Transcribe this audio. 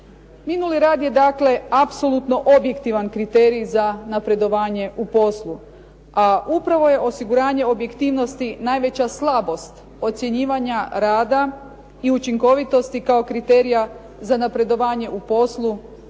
Minuli rad je dakle apsolutno objektivan kriterij za napredovanje u poslu, a upravo je osiguranje objektivnosti najveća slabost ocjenjivanja rada i učinkovitosti kao kriterija za napredovanje u poslu